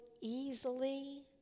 easily